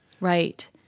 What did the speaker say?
Right